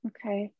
Okay